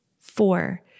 Four